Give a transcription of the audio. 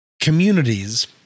communities